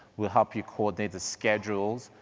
we'll help you coordinate the schedules.